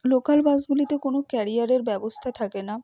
local বাসগুলিতে কোনো ক্যারিয়ারের ব্যবস্থা থাকে না